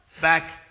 back